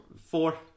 four